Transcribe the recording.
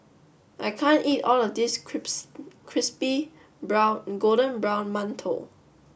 I can't eat all of this Crispy Brown Golden Brown Mantou